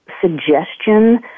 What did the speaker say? suggestion